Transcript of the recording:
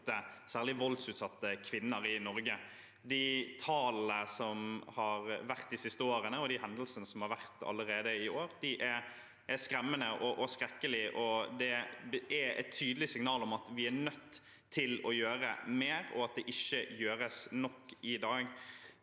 særlig voldsutsatte kvinner i Norge. De tallene som har vært de siste årene, og de hendelsene som har vært allerede i år, er skremmende og skrekkelige. Det er et tydelig signal om at vi er nødt til å gjøre mer, og at det ikke gjøres nok i dag.